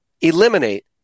eliminate